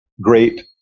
great